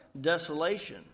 desolation